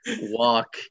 walk